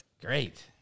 Great